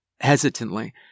Hesitantly